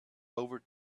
over